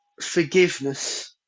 forgiveness